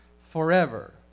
forever